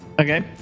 Okay